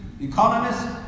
Economists